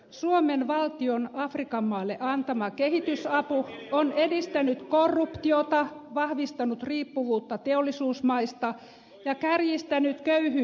suomen valtion afrikan maille antama kehitysapu on edistänyt korruptiota vahvistanut riippuvuutta teollisuusmaista ja kärjistänyt köyhyysongelmaa